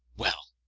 well,